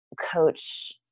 coach